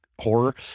horror